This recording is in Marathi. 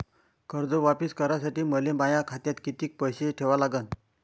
कर्ज वापिस करासाठी मले माया खात्यात कितीक पैसे ठेवा लागन?